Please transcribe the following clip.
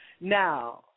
Now